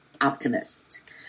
optimist